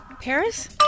paris